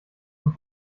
und